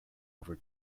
over